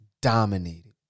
dominated